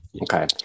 Okay